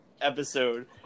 episode